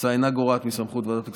ההצעה אינה גורעת מסמכות ועדת הכספים,